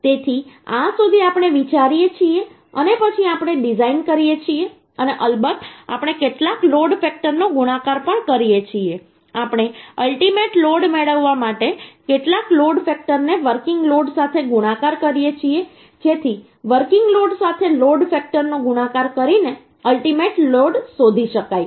તેથી આ સુધી આપણે વિચારીએ છીએ અને પછી આપણે ડિઝાઇન કરીએ છીએ અને અલબત્ત આપણે કેટલાક લોડ ફેક્ટરનો ગુણાકાર પણ કરીએ છીએ આપણે અલ્ટીમેટ લોડ મેળવવા માટે કેટલાક લોડ ફેક્ટરને વર્કિંગ લોડ સાથે ગુણાકાર કરીએ છીએ જેથી વર્કિંગ લોડ સાથે લોડ ફેક્ટરનો ગુણાકાર કરીને અલ્ટીમેટ લોડ શોધી શકાય